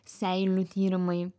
seilių tyrimai